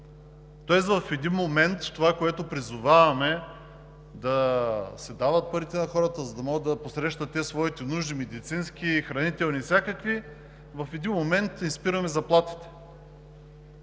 сектор. Тоест това, което призоваваме – да се дават парите на хората, за да могат да посрещат те своите медицински, хранителни и всякакви нужди, в един момент им спираме заплатите.